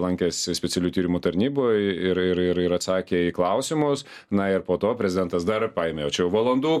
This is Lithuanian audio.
lankėsi specialiųjų tyrimų tarnyboj ir ir ir ir atsakė į klausimus na ir po to prezidentas dar paėmė o čia jau valandų